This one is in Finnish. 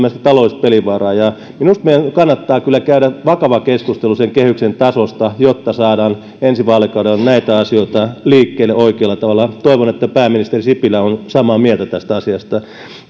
taloudellista pelivaraa minusta meidän kannattaa kyllä käydä vakava keskustelu sen kehyksen tasosta jotta saadaan ensi vaalikaudella näitä asioita liikkeelle oikealla tavalla toivon että pääministeri sipilä on samaa mieltä tästä asiasta